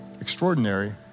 extraordinary